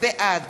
בעד